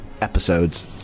episodes